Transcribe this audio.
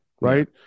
right